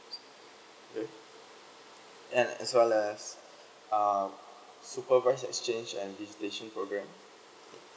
okay and as well as uh supervised exchange and visitation program